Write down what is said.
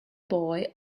boy